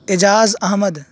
Ejaz Ahmad